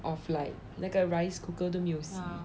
of like 那个 rice cooker 都没有洗